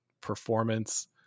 performance